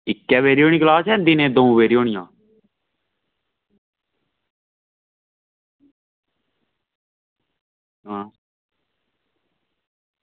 इक्कै बारी होनी क्लास जां दिनें दी दौ बारी होनियां